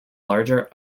larger